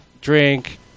drink